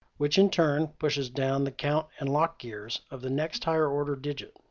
which in turn pushes down the count and lock gears of the next higher order digit.